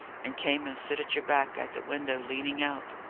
and came and stood at your back, at the window, leaning out.